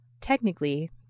Technically